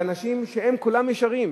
באנשים שהם כולם ישרים.